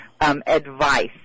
Advice